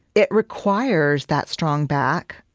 it requires that strong back,